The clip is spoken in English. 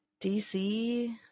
DC